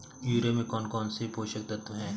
Urea में कौन कौन से पोषक तत्व है?